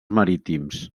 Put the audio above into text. marítims